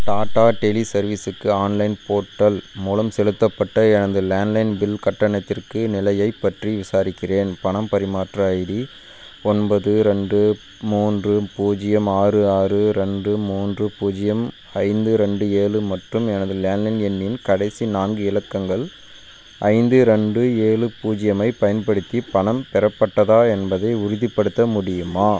டாடா டெலி சர்வீஸுக்கு online portal மூலம் செலுத்தப்பட்ட எனது லேண்ட்லைன் பில் கட்டணத்திற்கு நிலையைப் பற்றி விசாரிக்கிறேன் பணம் பரிமாற்ற ஐடி ஒன்பது ரெண்டு மூன்று பூஜ்ஜியம் ஆறு ஆறு ரெண்டு மூன்று பூஜ்ஜியம் ஐந்து ரெண்டு ஏழு மற்றும் எனது லேண்ட்லைன் எண்ணின் கடைசி நான்கு இலக்கங்கள் ஐந்து ரெண்டு ஏலு பூஜ்ஜியம் ஐப் பயன்படுத்தி பணம் பெறப்பட்டதா என்பதை உறுதிப்படுத்த முடியுமா